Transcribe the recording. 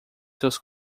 seus